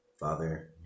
Father